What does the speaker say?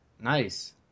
Nice